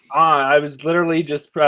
i was literally just,